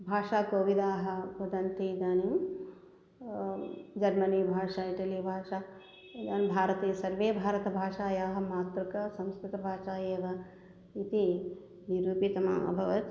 भाषाकोविदाः वदन्ति इदानीं जर्मनि भाषा इटलि भाषा इदं भारते सर्वे भारतभाषायाः मातृकं संस्कृतभाषा एव इति निरुपितम् अभवत्